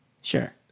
Sure